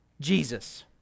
Jesus